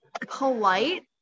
polite